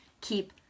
keep